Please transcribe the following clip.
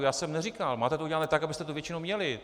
Já jsem neříkal, máte to udělané tak, abyste tu většinu měli.